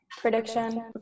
prediction